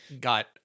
got